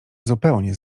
zupełnie